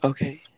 Okay